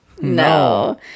No